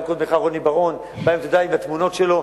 גם קודמך רוני בר-און בא עם התעודה עם התמונה שלו,